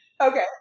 Okay